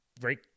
great